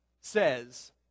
says